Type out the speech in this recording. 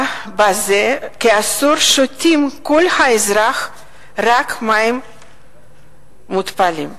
שבה מזה כעשור כל האזרחים שותים מים מותפלים.